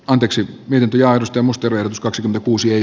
on keksitty ja aidosti mustonen s kaksikymmentäkuusi ei